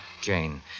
Jane